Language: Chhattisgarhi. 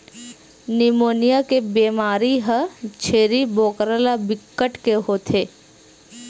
निमोनिया के बेमारी ह छेरी बोकरा ल बिकट के होथे